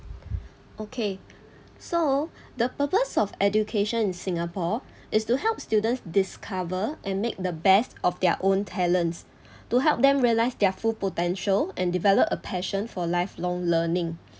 okay so the purpose of education in singapore is to help students discover and make the best of their own talents to help them realise their full potential and develop a passion for lifelong learning